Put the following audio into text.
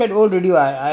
I know twenty lah